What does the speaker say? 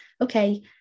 okay